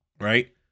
right